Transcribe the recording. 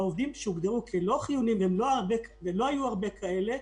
העובדים שהוגדרו כלא חיוניים, שלא היו הרבה כאלה,